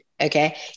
Okay